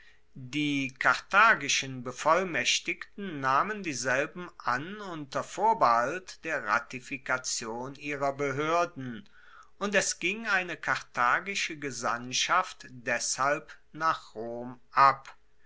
die karthagischen bevollmaechtigten nahmen dieselben an unter vorbehalt der ratifikation ihrer behoerden und es ging eine karthagische gesandtschaft deshalb nach rom ab